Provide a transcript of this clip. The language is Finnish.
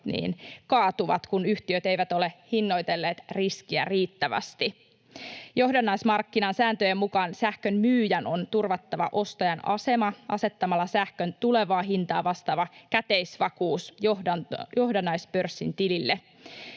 kaatuvat, kun yhtiöt eivät ole hinnoitelleet riskiä riittävästi. Johdannaismarkkinasääntöjen mukaan sähkönmyyjän on turvattava ostajan asema asettamalla sähkön tulevaa hintaa vastaava käteisvakuus johdannaispörssin tilille.